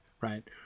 Right